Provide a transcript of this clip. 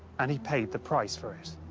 and he paid the price for it.